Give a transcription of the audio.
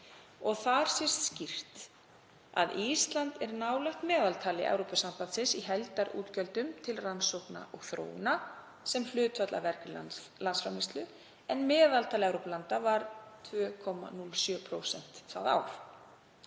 Þar sést skýrt að Ísland er nálægt meðaltali Evrópusambandsins í heildarútgjöldum til rannsókna og þróunar sem hlutfall af vergri landsframleiðslu, en meðaltal Evrópulanda var 2,07% það ár.